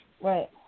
Right